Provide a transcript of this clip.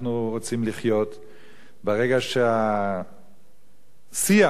ברגע שהשיח הציבורי בין יהודים לערבים,